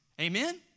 Amen